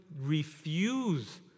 refuse